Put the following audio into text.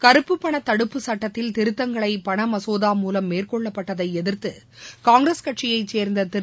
கறப்புப்பண தடுப்பு சட்டத்தில் திருத்தங்களை பணமசோதா மூலம் மேற்கொள்ளப்பட்டதை எதிர்த்து காங்கிரஸ் கட்சியை சேர்ந்த திரு